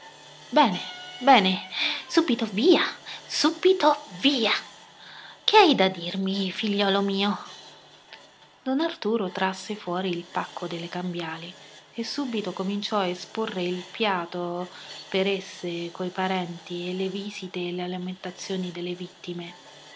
bene bene subito via subito via che hai da dirmi figliuolo mio don arturo trasse fuori il pacco delle cambiali e subito cominciò a esporre il piato per esse coi parenti e le visite e le lamentazioni delle vittime